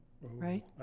right